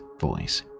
voice